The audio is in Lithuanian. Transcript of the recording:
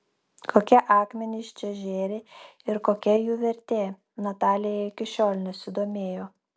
kokie akmenys čia žėri ir kokia jų vertė natalija iki šiol nesidomėjo